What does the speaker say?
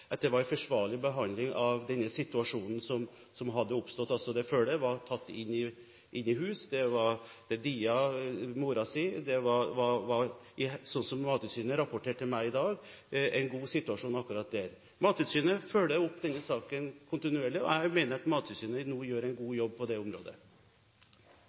forsvarlig behandling i den situasjonen som hadde oppstått. Altså: Føllet var tatt inn i hus. Det diet moren sin. Det var, slik Mattilsynet rapporterte til meg i dag, en god situasjon akkurat der. Mattilsynet følger opp denne saken kontinuerlig, og jeg mener at Mattilsynet nå gjør en god jobb på det området.